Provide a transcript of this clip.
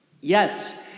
Yes